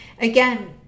again